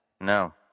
No